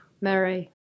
Mary